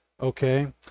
okay